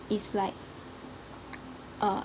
it's like uh